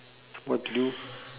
what to do